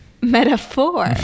metaphor